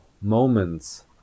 moments